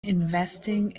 investing